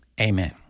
Amen